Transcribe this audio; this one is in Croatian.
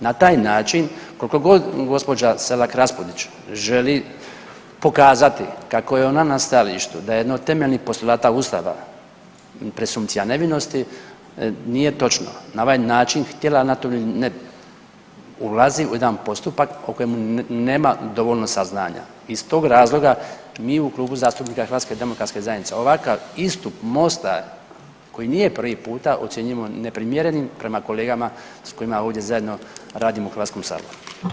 Na taj način kolko god gđa. Selak Raspudić želi pokazati kako je ona na stajalištu da je jedno od temeljni postolata ustava presumpcija nevinosti nije točno, na ovaj način htjela ona to ili ne, ulazi u jedan postupak o kojemu nema dovoljno saznanja i iz tog razloga mi u Klubu zastupnika HDZ-a ovakav istup Mosta koji nije prvi puta ocjenjujemo neprimjerenim prema kolegama s kojima ovdje zajedno radimo u HS.